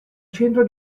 centro